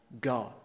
God